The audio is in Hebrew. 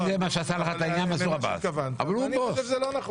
אבל הוא הבוס.